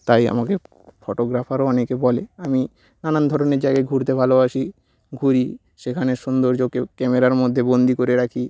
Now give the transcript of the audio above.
তাই আমাকে ফটোগ্রাফারও অনেকে বলে আমি নানান ধরনের জায়গায় ঘুরতে ভালোবাসি ঘুরি সেখানে সৌন্দর্যকেও ক্যামেরার মধ্যে বন্দী করে রাখি